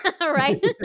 right